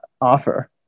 offer